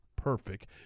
Perfect